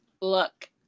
look